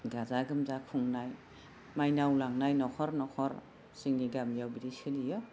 गाजा गोमजा खुंनाय मायनाव लांनाय न'खर न'खर जोंनि गामिआव बिदि सोलियो